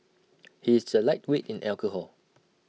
he is A lightweight in alcohol